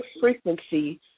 frequency